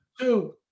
Two